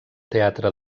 teatre